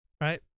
right